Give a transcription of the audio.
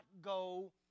go